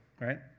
right